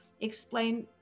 explain